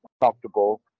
comfortable